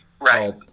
Right